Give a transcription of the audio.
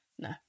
No